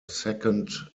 second